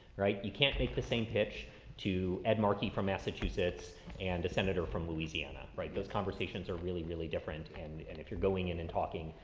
right? you can't make the same pitch to ed markey from massachusetts and a senator from louisiana, right? those conversations are really, really different. and and if you're going in and talking,